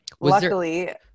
luckily